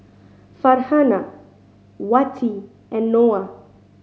Farhanah Wati and Noah